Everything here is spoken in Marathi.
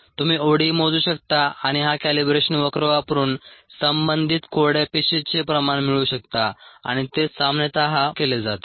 तुम्ही ओडी मोजू शकता आणि हा कॅलिब्रेशन वक्र वापरून संबंधित कोरड्या पेशीचे प्रमाण मिळवू शकता आणि तेच सामान्यतः केले जाते